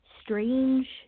strange